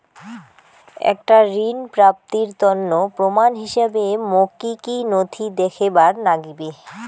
একটা ঋণ প্রাপ্তির তন্ন প্রমাণ হিসাবে মোক কী কী নথি দেখেবার নাগিবে?